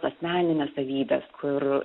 asmeninės savybės kur